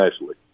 nicely